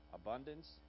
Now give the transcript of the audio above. abundance